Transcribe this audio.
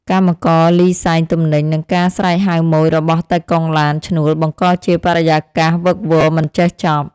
កម្មករលីស៊ែងទំនិញ និងការស្រែកហៅម៉ូយរបស់តៃកុងឡានឈ្នួលបង្កជាបរិយាកាសវឹកវរមិនចេះចប់។